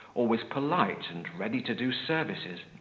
always polite and ready to do services,